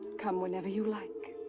come whenever you like.